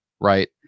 right